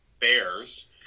Bears